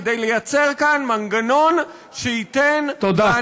כדי לייצר כאן מנגנון שייתן תודה.